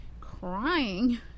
crying